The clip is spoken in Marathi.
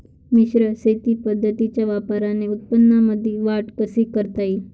मिश्र शेती पद्धतीच्या वापराने उत्पन्नामंदी वाढ कशी करता येईन?